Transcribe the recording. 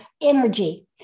energy